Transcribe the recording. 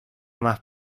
más